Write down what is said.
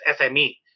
SME